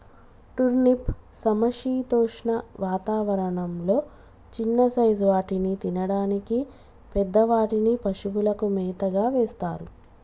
turnip సమశీతోష్ణ వాతావరణం లొ చిన్న సైజ్ వాటిని తినడానికి, పెద్ద వాటిని పశువులకు మేతగా వేస్తారు